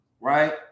right